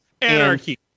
anarchy